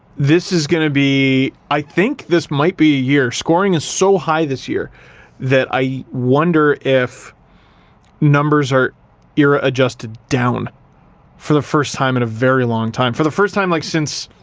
this is gonna be, i think this might be a year scoring is so high this year that i wonder if numbers are era adjusted down for the first time in a very long time. for the first time like since,